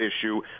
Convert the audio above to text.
issue